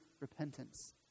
repentance